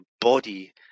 body